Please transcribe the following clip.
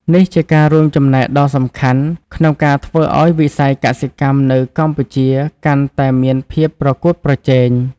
នេះជាការរួមចំណែកដ៏សំខាន់ក្នុងការធ្វើឲ្យវិស័យកសិកម្មនៅកម្ពុជាកាន់តែមានភាពប្រកួតប្រជែង។